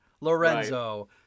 Lorenzo